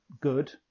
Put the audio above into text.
good